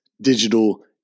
digital